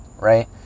right